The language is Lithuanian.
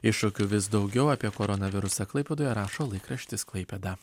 iššūkių vis daugiau apie koronavirusą klaipėdoje rašo laikraštis klaipėda